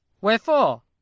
Wherefore